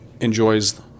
enjoys